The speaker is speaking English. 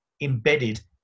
embedded